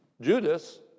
Judas